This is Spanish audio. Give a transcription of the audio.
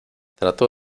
trató